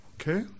Okay